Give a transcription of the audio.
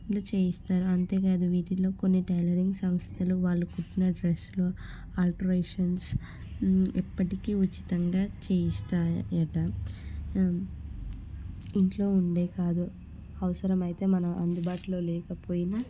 చేయిస్తారు అంతే కాదు వీటిలో కొన్ని టైలరింగ్ సంస్థలు వాళ్ళు కుట్టిన డ్రెస్సులు ఆల్ట్రేషన్స్ ఎప్పటికీ ఉచితంగా చేయిస్తాయట ఇంట్లో ఉండే కాదు అవసరమైతే మనం అందుబాటులో లేకపోయినా